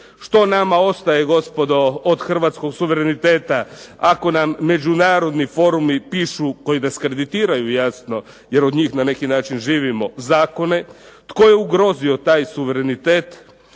što nama ostaje gospodo od hrvatskog suvereniteta ako nam međunarodni forumi pišu koji diskreditiraju jasno, jer od njih na neki način živimo zakone. Tko je ugrozio taj suverenitet